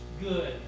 good